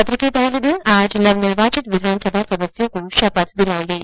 सत्र के पहले दिन आज नवनिर्वाचित विधानसभा सदस्यों को शपथ दिलायी गयी